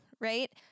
Right